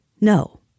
no